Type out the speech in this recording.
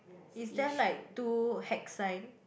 is there like two hack sign